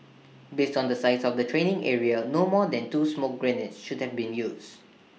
based on the size of the training area no more than two smoke grenades should have been used